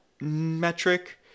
metric